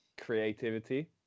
creativity